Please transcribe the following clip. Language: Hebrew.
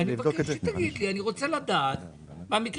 מבקש שתגיד לי, מה עשית?